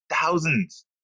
thousands